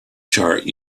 chart